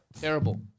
Terrible